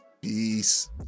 Peace